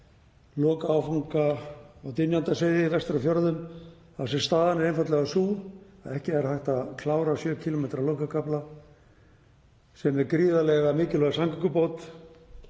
lokaáfanga Dynjandisheiði, vestur á fjörðum, þar sem staðan er einfaldlega sú að ekki er hægt að klára 7 km lokakafla sem er gríðarlega mikilvæg samgöngubót